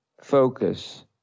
focus